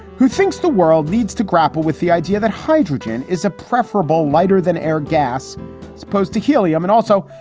who thinks the world needs to grapple with the idea that hydrogen is a preferable lighter than air gas supposed to helium. and also,